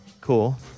Cool